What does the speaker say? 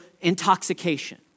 intoxication